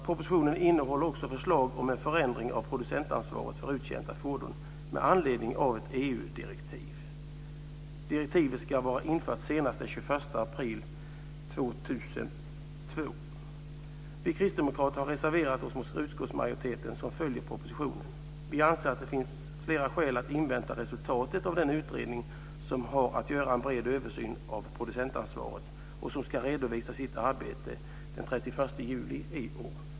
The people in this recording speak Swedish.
Propositionen innehåller också förslag om en förändring av producentansvaret för uttjänta fordon med anledning av ett EU-direktiv. Direktivet ska vara infört senast den 21 april 2001. Vi kristdemokrater har reserverat oss mot utskottsmajoritetens förslag som följer propositionen. Vi anser att det finns flera skäl att invänta resultatet av den utredning som har att göra en bred översyn av producentansvaret och som ska redovisa sitt arbete den 31 juli i år.